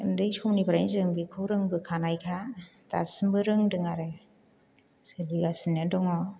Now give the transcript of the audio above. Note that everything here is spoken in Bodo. उन्दै समनिफ्रायनो जों बेखौ रोंबोखानाय खा दासिमबो रोंदों आरो सोलिगासिनो दङ